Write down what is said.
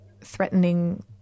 threatening